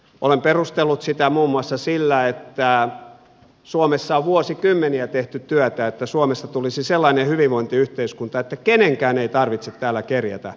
olen perustellut sitä muun muassa sillä että suomessa on vuosikymmeniä tehty työtä että suomesta tulisi sellainen hyvinvointiyhteiskunta että kenenkään ei tarvitse täällä kerjätä pysyäkseen elossa